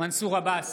מנסור עבאס,